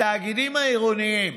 התאגידים העירוניים,